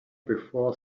before